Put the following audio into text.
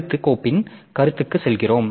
அடுத்து கோப்பின் கருத்துக்கு செல்கிறோம்